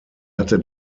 hatte